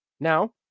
Now